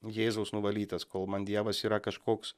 jėzaus nuvalytas kol man dievas yra kažkoks